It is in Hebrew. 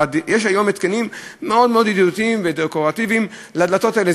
יש היום התקנים מאוד מאוד ידידותיים ודקורטיביים לדלתות האלה.